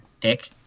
Dick